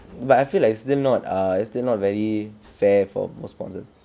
but I feel like it's still not err it's not very fair for most sponsors